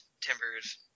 Timbers